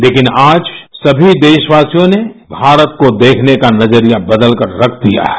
लेकिन आज सभी देशवासियों ने भारत को देखने का नजरिया बदलकर रख दिया है